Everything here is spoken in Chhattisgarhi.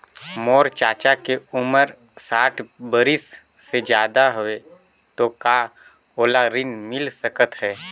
मोर चाचा के उमर साठ बरिस से ज्यादा हवे तो का ओला ऋण मिल सकत हे?